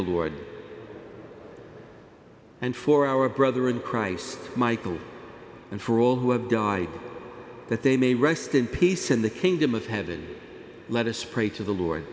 the lord and for our brother in christ michael and for all who have died that they may rest in peace in the kingdom of heaven let us pray to the lord